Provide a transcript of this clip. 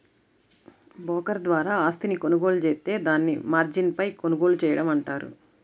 broker ద్వారా ఆస్తిని కొనుగోలు జేత్తే దాన్ని మార్జిన్పై కొనుగోలు చేయడం అంటారు